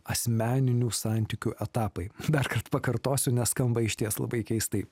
asmeninių santykių etapai darkart pakartosiu nes skamba išties labai keistai